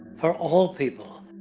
for all people.